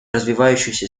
развивающиеся